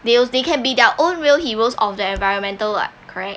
they will they can be their own real heroes of the environmental [what] correct